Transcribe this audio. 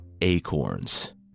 acorns